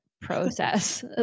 process